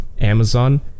Amazon